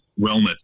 wellness